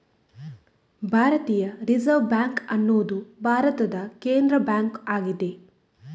ಭಾರತೀಯ reserve bank ಅನ್ನುದು ಭಾರತದ ಕೇಂದ್ರ ಬ್ಯಾಂಕು ಆಗಿದೆ